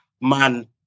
man